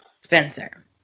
Spencer